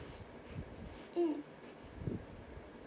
mm